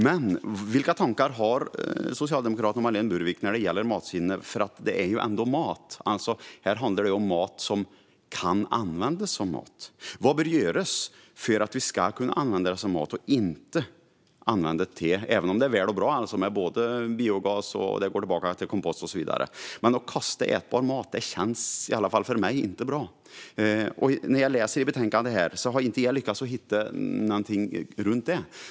Men vilka tankar har socialdemokraten Marlene Burwick när det gäller matsvinnet eftersom det ändå är mat? Det handlar om mat som kan användas som mat. Vad bör göras för att vi ska kunna använda det som mat och inte till annat - även om det är bra både med biogas och att maten går tillbaka som kompost och så vidare? Men att kasta ätbar mat känns åtminstone för mig inte bra, och när jag läser i betänkandet har jag inte lyckats hitta något om detta.